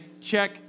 check